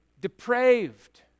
depraved